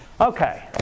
Okay